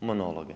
monologe.